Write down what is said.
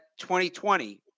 2020